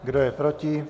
Kdo je proti?